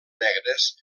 negres